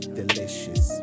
delicious